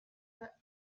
were